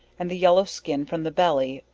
and the yellow skin from the belly,